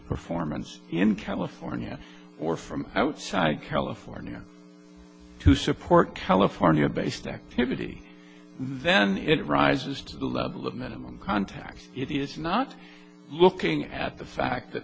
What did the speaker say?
performance in california or from outside california to support california based activity then it rises to the level of minimum contact it is not looking at the fact that